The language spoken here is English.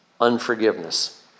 unforgiveness